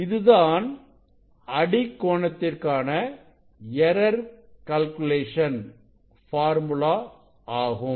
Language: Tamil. இதுதான் அடிக்கோணத்திற்கான எரர் கால்குலேஷன் பார்முலா ஆகும்